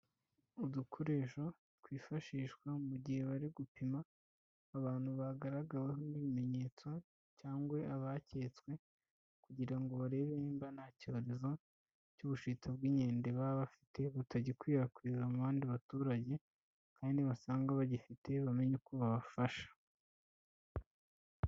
Udukoresho twifashishwa mu gihe bari gupima abantu bagaragaweho n'ibimenyetso cyangwa abaketswe kugira ngo barebe niba nta cyorezo cy'ubushita bw'inkende baba bafite, batagikwirakwiza mu bandi baturage kandi nibasanga bagifite bamenye uko babafasha.